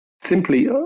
simply